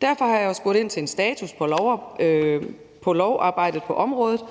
Derfor har jeg spurgt ind til en status på lovarbejdet på området,